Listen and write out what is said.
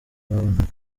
babanaga